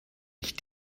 ich